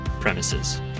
premises